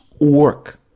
work